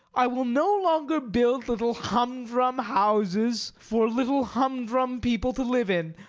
i will no longer build little humdrum houses for little humdrum people to live in.